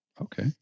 Okay